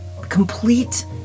complete